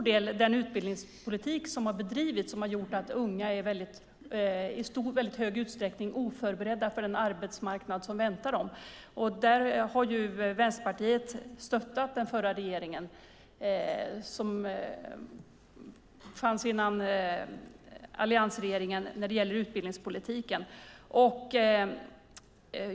Den utbildningspolitik som har bedrivits har gjort att unga i väldigt stor utsträckning inte är beredda för den arbetsmarknad som väntar dem. Där har Vänsterpartiet stöttat den förra regeringen, som fanns innan alliansregeringen, när det gäller utbildningspolitiken.